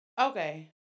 Okay